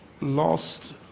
Lost